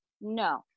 No